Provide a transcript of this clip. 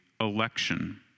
election